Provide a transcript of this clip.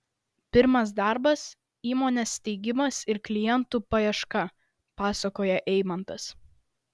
pirmas darbas įmonės steigimas ir klientų paieška pasakoja eimantas